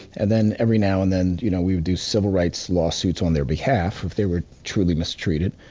and then every now and then, you know we would do civil rights lawsuits on their behalf, if they were truly mistreated.